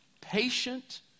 patient